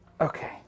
Okay